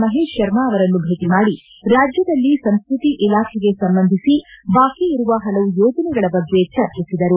ಮಹೇಶ್ ಶರ್ಮಾ ಅವರನ್ನು ಭೇಟಿ ಮಾಡಿ ರಾಜ್ಯದಲ್ಲಿ ಸಂಸ್ಕತಿ ಇಲಾಖೆಗೆ ಸಂಬಂಧಿಸಿ ಬಾಕಿ ಇರುವ ಹಲವು ಯೋಜನೆಗಳ ಬಗ್ಗೆ ಚರ್ಚಿಸಿದರು